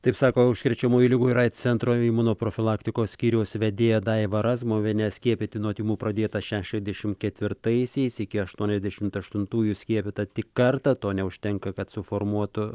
taip sako užkrečiamųjų ligų ir aids centro imunoprofilaktikos skyriaus vedėja daiva razmuvienė skiepyti nuo tymų pradėta šešiasdešim ketvitaisiais iki aštuoniasdešimt aštuntųjų skiepyta tik kartą to neužtenka kad suformuotų